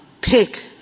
pick